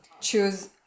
choose